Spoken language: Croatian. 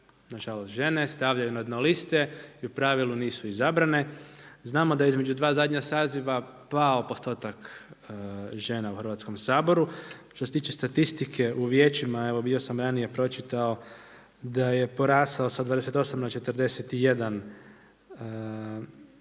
na žalost žene stavljaju na dno liste i u pravilu nisu izabrane. Znamo da između dva zadnja saziva pao postotak žena u Hrvatskom saboru. Što se tiče statistike u vijećima, evo bio sam ranije pročitao da je porasao sa 28 na 41 među